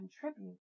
contribute